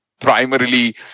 primarily